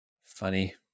Funny